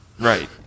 Right